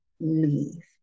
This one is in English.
Leave